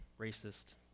racist